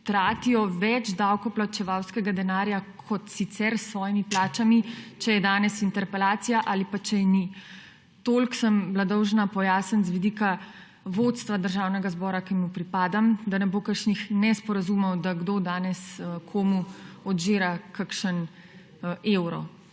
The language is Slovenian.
tratijo več davkoplačevalskega denarja, kot sicer s svojimi plačami, če je danes interpelacija ali pa če je ni. Toliko sem bila dolžna pojasniti z vidika vodstva Državnega zbora, ki mu pripadam, da ne bo kakšnih nesporazumov, da kdo danes komu odžira kakšen evro.